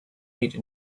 eight